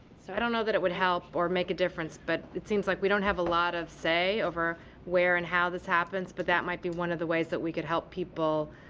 so, i don't know that it would help or make a difference, but it seems like we don't have a lot of say over where and how this happens, but that might be one of the ways that we could help people